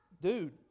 Dude